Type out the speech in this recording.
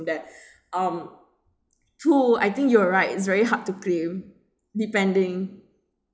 that um true I think you're right it's very hard to claim depending